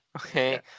okay